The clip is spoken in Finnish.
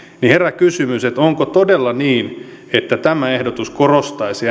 herää kysymys että onko todella niin että tämä ehdotus korostaisi